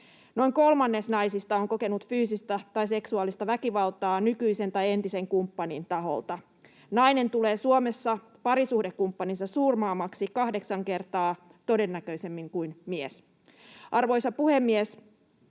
Noin kolmannes naisista on kokenut fyysistä tai seksuaalista väkivaltaa nykyisen tai entisen kumppanin taholta. Nainen tulee Suomessa parisuhdekumppaninsa surmaamaksi kahdeksan kertaa todennäköisemmin kuin mies. Arvoisa puhemies!